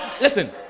listen